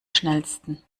schnellsten